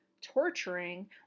torturing